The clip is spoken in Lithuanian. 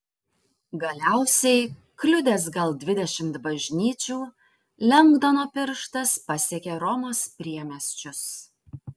galiausiai kliudęs gal dvidešimt bažnyčių lengdono pirštas pasiekė romos priemiesčius